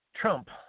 Trump